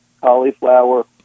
cauliflower